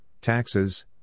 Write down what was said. taxes